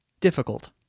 difficult